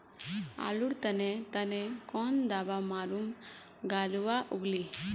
आलूर तने तने कौन दावा मारूम गालुवा लगली?